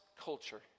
culture